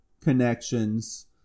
connections